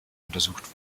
untersucht